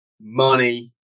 money